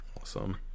awesome